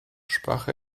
sprach